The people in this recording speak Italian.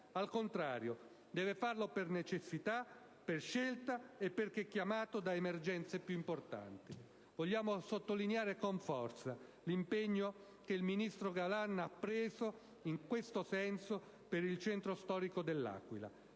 Al contrario: deve farlo per necessità, per scelta e perché chiamato ad emergenze più importanti. Vogliamo sottolineare con forza l'impegno che il ministro Galan ha preso in quest'ottica per il centro storico dell'Aquila.